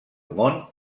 món